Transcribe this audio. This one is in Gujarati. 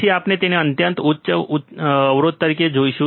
પછી આપણે તેને અત્યંત ઉચ્ચ ઇનપુટ અવરોધ તરીકે જોશું